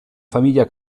famiglia